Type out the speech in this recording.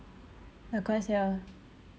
le quest here